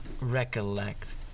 recollect